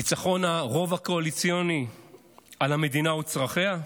ניצחון הרוב הקואליציוני על המדינה וצרכיה?